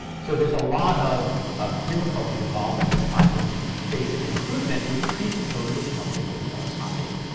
so there's a lot of difficulties involved in this kind of basic improvement, which presupposes some degree of copying.